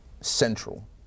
central